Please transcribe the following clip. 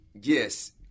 yes